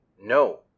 No